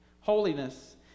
Holiness